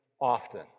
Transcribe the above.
often